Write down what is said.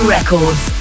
Records